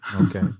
Okay